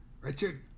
Richard